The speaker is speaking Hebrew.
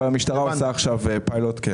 המשטרה עושה עכשיו פיילוט.